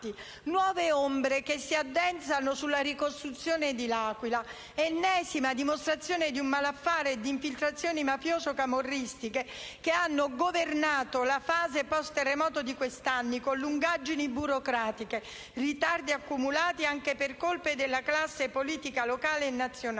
Nuove ombre, quindi, si addensano sulla ricostruzione a L'Aquila, ennesima dimostrazione del malaffare e delle infiltrazioni mafioso-camorristiche che hanno governato la fase *post* terremoto in questi anni, con lungaggini burocratiche e ritardi accumulati anche per colpe della classe politica locale e nazionale,